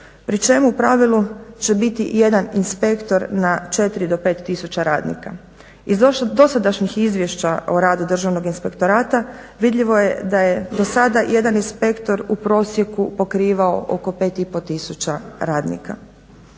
pri čemu u pravilu će biti jedan inspektor na 4-5 tisuća radnika. Iz dosadašnjih izvješća o radu Državnog inspektorata vidljivo je da je do sada jedan inspektor u prosjeku pokrivao oko 5,5 tisuća radnika.